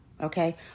okay